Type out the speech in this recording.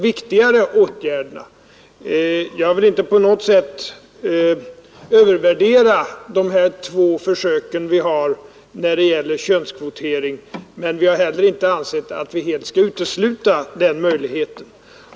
Jag vill inte på något sätt övervärdera de två försök vi gjort med könskvotering, men vi har inte heller ansett att vi helt skall utesluta den möjligheten.